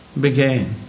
began